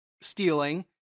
stealing